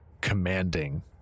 commanding